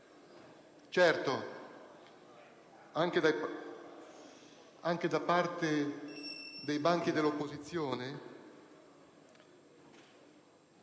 Certo, anche dai banchi dell'opposizione